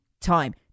time